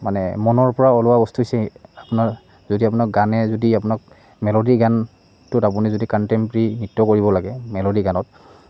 মানে মনৰ পৰা ওলোৱা বস্তু হৈছে আপোনাৰ যদি আপোনাক গানে যদি আপোনাক মেল'ডি গানটোত আপুনি যদি কণ্টেম্পৰেৰী নৃত্য কৰিব লাগে মেল'ডি গানত